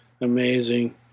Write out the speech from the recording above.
amazing